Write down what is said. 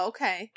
Okay